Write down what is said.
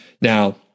Now